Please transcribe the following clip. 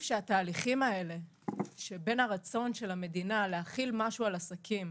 שהתהליכים האלה שבין הרצון של המדינה להחיל משהו על עסקים